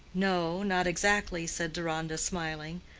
no not exactly, said deronda, smiling.